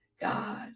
God